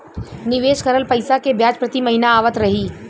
निवेश करल पैसा के ब्याज प्रति महीना आवत रही?